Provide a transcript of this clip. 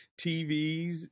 TVs